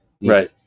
Right